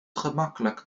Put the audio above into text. gemakkelijk